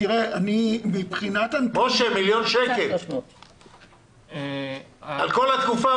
משה, מיליון שקלים על כל התקופה.